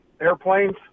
airplanes